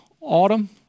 Autumn